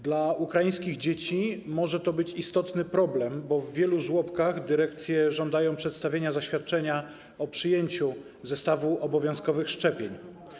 Dla ukraińskich dzieci może to być istotny problem, bo w wielu żłobkach dyrekcje żądają przedstawienia zaświadczenia o przyjęciu zestawu obowiązkowych szczepień.